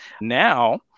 Now